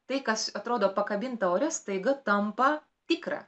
tai kas atrodo pakabinta ore staiga tampa tikra